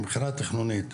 מבחינה תכנונית,